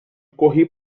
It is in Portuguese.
corri